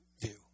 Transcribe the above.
view